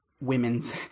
women's